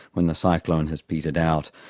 when the cyclone has petered out.